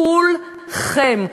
כולכם,